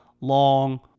long